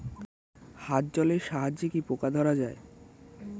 হাত জলের সাহায্যে কি পোকা ধরা যায়?